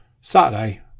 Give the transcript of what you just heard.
Saturday